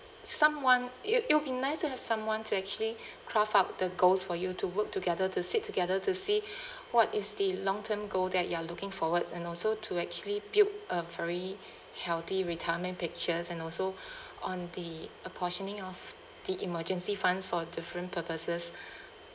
someone it it'll be nice to have someone to actually craft out the goals for you to work together to sit together to see what is the long term goal that you are looking forward and also to actually build a very healthy retirement pictures and also on the apportioning of the emergency funds for different purposes